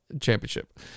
championship